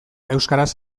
euskaraz